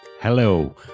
Hello